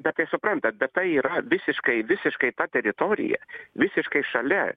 bet tai suprantat bet tai yra visiškai visiškai ta teritorija visiškai šalia